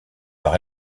par